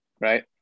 Right